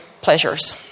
pleasures